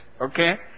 Okay